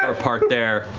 ah part there.